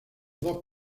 dos